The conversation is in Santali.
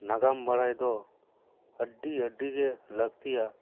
ᱱᱟᱜᱟᱢ ᱵᱟᱲᱟᱭ ᱫᱚ ᱟᱹᱰᱤ ᱟᱹᱰᱤ ᱜᱮ ᱞᱟᱹᱠᱛᱤᱭᱟ